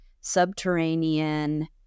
subterranean